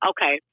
Okay